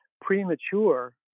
premature